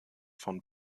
von